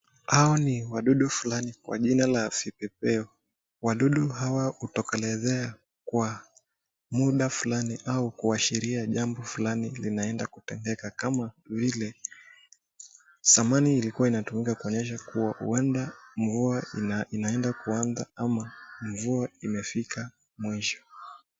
Hawa ni wadudu fulani kwa jina la vipepeo. Wadudu hawa hutokelezea kwa muda fulani au kuashiria jambo fulani linaenda kutendeka kama vile zamani ilikuwa inatumika kuonyesha kuwa huenda mvua inaenda kuanza ama mvua imefika mwisho.